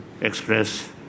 express